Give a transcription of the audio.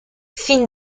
fin